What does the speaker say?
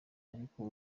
ariko